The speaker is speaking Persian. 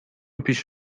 پیش